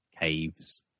caves